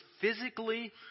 physically